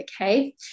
Okay